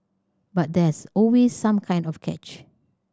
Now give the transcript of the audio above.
but there's always some kind of catch